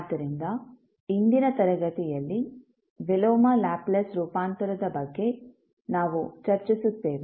ಆದ್ದರಿಂದ ಇಂದಿನ ತರಗತಿಯಲ್ಲಿ ವಿಲೋಮ ಲ್ಯಾಪ್ಲೇಸ್ ರೂಪಾಂತರದ ಬಗ್ಗೆ ನಾವು ಚರ್ಚಿಸುತ್ತೇವೆ